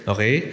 Okay